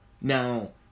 Now